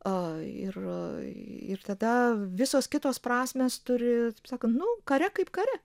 a ir ir tada visos kitos prasmės turi kaip sakant nu kare kaip kare